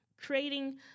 creating